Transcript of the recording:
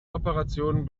operationen